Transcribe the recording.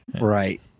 Right